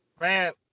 man